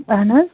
اَہَن حظ